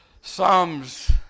Psalms